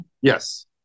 Yes